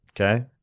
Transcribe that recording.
Okay